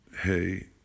Hey